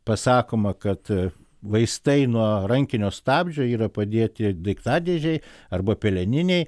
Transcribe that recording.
pasakoma kad vaistai nuo rankinio stabdžio yra padėti daiktadėžėj arba peleninėj